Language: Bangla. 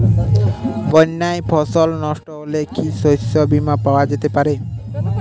বন্যায় ফসল নস্ট হলে কি শস্য বীমা পাওয়া যেতে পারে?